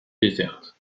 déserte